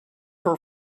her